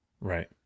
right